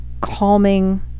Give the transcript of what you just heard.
calming